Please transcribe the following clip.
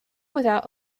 without